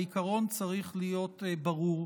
העיקרון צריך להיות ברור: